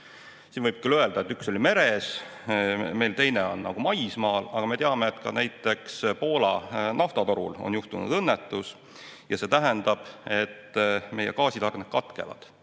võib küll öelda, et üks oli meres, meil teine on maismaal, aga me teame, et ka näiteks Poola naftatoruga juhtus õnnetus –, siis see tähendab, et meie gaasitarned katkevad.